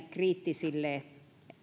kriittisille